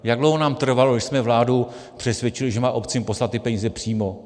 Jak dlouho nám trvalo, než jsme vládu přesvědčili, že má obcím poslat peníze přímo.